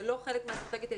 זה לא חלק מהיציאה.